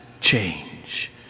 change